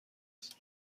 است